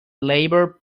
labour